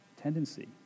tendency